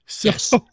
Yes